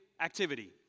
activity